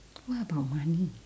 what about money